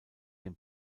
dem